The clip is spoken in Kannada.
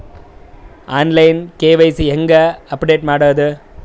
ಆನ್ ಲೈನ್ ಕೆ.ವೈ.ಸಿ ಹೇಂಗ ಅಪಡೆಟ ಮಾಡೋದು?